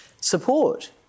support